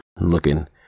looking